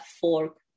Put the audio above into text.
fork